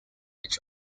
each